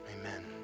amen